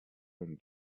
own